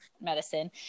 medicine